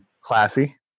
classy